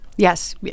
Yes